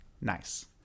nice